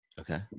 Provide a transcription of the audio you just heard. Okay